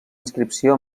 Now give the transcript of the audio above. inscripció